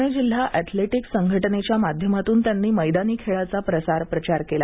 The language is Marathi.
पुणे जिल्हा अथलेटिक संघटनेच्या माध्यमातून त्यांनी मैदानी खेळाचा प्रसार प्रचार केला